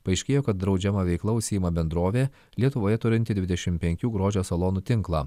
paaiškėjo kad draudžiama veikla užsiima bendrovė lietuvoje turinti dvidešim penkių grožio salonų tinklą